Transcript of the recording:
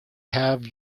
have